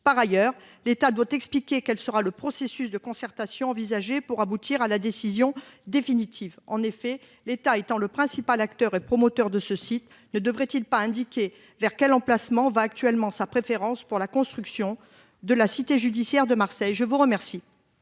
Par ailleurs, l'État doit expliquer quel sera le processus de concertation envisagée pour aboutir à la décision définitive en effet l'État étant le principal acteur et promoteur de ce site ne devrait-il pas indiqué vers quel emplacement va actuellement sa préférence pour la construction de la cité judiciaire de Marseille. Je vous remercie.